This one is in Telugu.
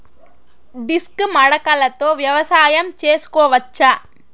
డిస్క్ మడకలతో వ్యవసాయం చేసుకోవచ్చా??